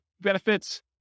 benefits